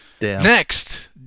Next